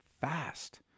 fast